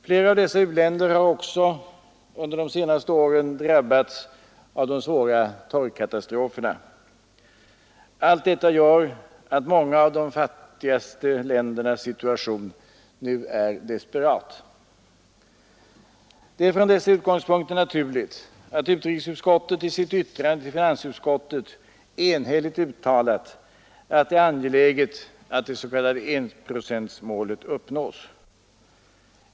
Flera av dessa u-länder har också drabbats av de senaste årens torkkatastrofer. Allt detta gör att många av de fattigaste ländernas situation nu är desperat. Det är från dessa utgångspunkter naturligt att utrikesutskottet i sitt yttrande till finansutskottet enhälligt uttalat, att det är angeläget att det s.k. enprocentsmålet uppnås.